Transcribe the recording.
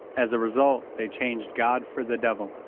as a result, they changed god for the devil.